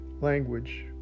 language